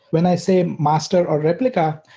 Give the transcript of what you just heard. when i say master or replica,